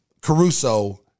Caruso